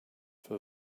for